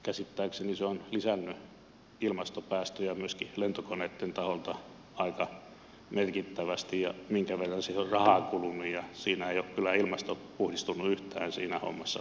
käsittääkseni se on lisännyt ilmastopäästöjä myöskin lentokoneitten taholta aika merkittävästi ja minkä verran siihen on rahaa kulunut siinä hommassa ei ole kyllä ilmasto puhdistunut yhtään vielä